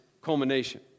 culmination